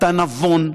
אתה נבון,